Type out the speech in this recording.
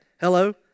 Hello